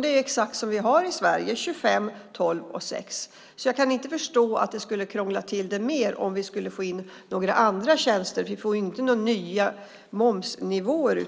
Det är exakt så vi har det i Sverige: 25, 12 och 6. Jag kan inte förstå att det skulle krångla till det om vi skulle få in några andra tjänster. Vi får ju inte några nya momsnivåer.